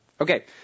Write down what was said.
Okay